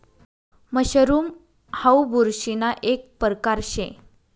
mushroom हाऊ बुरशीना एक परकार शे